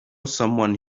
someone